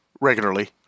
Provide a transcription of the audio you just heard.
regularly